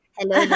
Hello